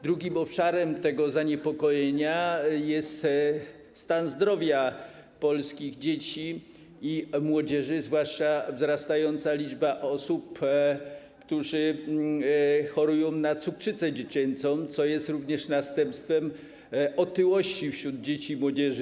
Drugim obszarem zaniepokojenia jest stan zdrowia polskich dzieci i młodzieży, zwłaszcza wzrastająca liczba osób, które chorują na cukrzycę dziecięcą, co jest również następstwem otyłości wśród dzieci i młodzieży.